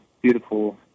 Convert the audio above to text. beautiful